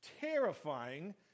terrifying